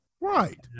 Right